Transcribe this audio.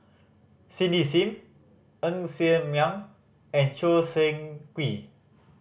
Cindy Sim Ng Ser Miang and Choo Seng Quee